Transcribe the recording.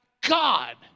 God